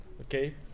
okay